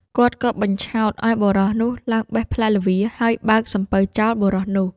គាត់ក៏បញ្ឆោតឱ្យបុរសនោះឡើងបេះផ្លែល្វា ហើយបើកសំពៅចោលបុរសនោះ។